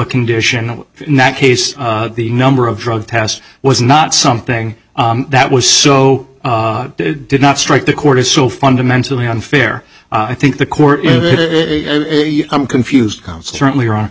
condition that case the number of drug test was not something that was so did not strike the court is so fundamentally unfair i think the court i'm confused constantly are